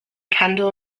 kendall